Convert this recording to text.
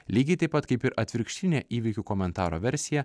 lygiai taip pat kaip ir atvirkštinė įvykių komentaro versija